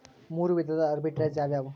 ಮೂರು ವಿಧದ ಆರ್ಬಿಟ್ರೆಜ್ ಯಾವವ್ಯಾವು?